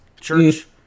church